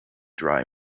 dry